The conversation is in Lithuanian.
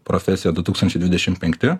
profesija du tūkstančiai dvidešim penkti